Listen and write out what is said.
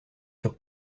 sur